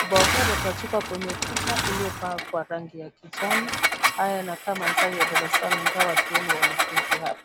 Ubao huu umepachikwa kwenye ukuta uliopaa kwa rangi ya kijani. Haya yanakaa mandhari wa darasani ingawa hatuoni wanafunzi hapa.